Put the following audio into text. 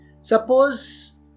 Suppose